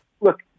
Look